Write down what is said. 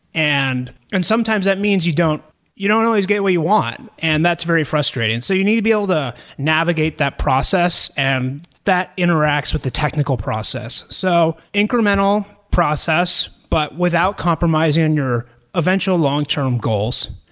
and and sometimes that means you don't you don't always get what you want, and that's very frustrating. so you need to be able to navigate that process, and that interacts with the technical process. so, incremental process, but without compromising on your eventual long-term goals,